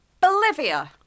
Bolivia